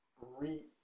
re